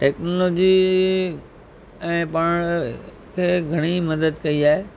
technology ऐं पाण खे घणेई मदद कई आहे